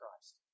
Christ